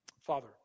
Father